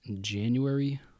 January